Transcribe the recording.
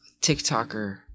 TikToker